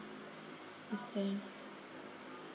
is staying